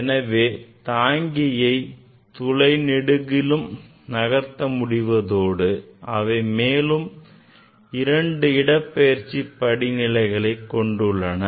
எனவே தாங்கியை துளை நெடுகிலும் நகர்த்த முடிவதோடு அவை மேலும் இரண்டு இடப்பெயர்ச்சி படிநிலைகளையும் பெற்றுள்ளன